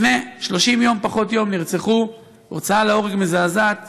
לפני 30 יום פחות יום נרצחו בהוצאה להורג מזעזעת